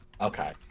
Okay